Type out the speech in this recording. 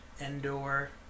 Endor